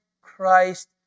Christ